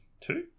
two